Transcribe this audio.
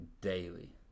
daily